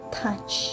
touch